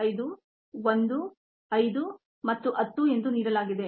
5 1 5 ಮತ್ತು 10 ಎಂದು ನೀಡಲಾಗಿದೆ